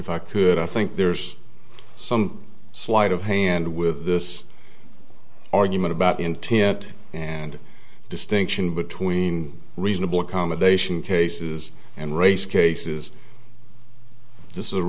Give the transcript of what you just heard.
if i could i think there's some sleight of hand with this argument about intent and distinction between reasonable accommodation cases and race cases